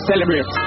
Celebrate